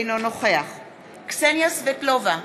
אינו נוכח קסניה סבטלובה,